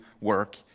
work